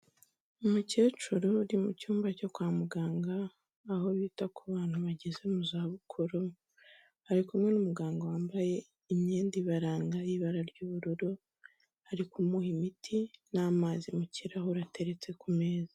Umukecuru uri mu cyumba cyo kwa muganga, aho bita ku bantu bageze mu zabukuru, ari kumwe n'umuganga wambaye imyenda ibaranga y'ibara ry'ubururu, ari kumuha imiti n'amazi mu kirahure ateretse ku meza.